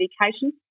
medication